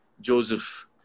Joseph